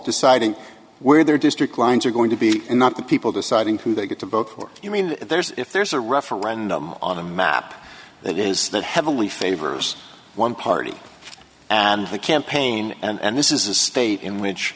deciding where their district lines are going to be and not the people deciding who they get to vote for you mean there's if there's a referendum on a map that is that heavily favors one party and the campaign and this is a state in which